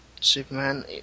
Superman